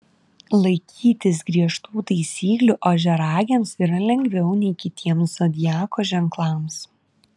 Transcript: laikytis griežtų taisyklių ožiaragiams yra lengviau nei kitiems zodiako ženklams